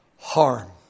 harm